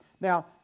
Now